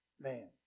man